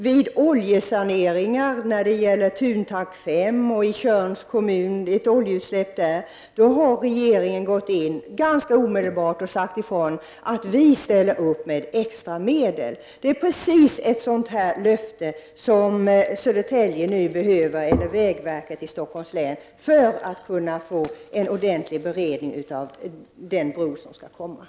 Vid oljesaneringar i Tjörns kommun — där finns ett oljeutsläpp — har regeringen gått in ganska omedelbart och sagt ifrån att regeringen ställer upp med extra medel. Det är precis ett sådant löfte som Södertälje, eller rättare sagt vägverket i Stockholms län, nu behöver för att kunna få en ordentlig beredning av den bro som skall byggas.